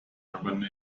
urban